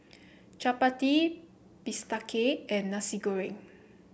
Chappati Bistake and Nasi Goreng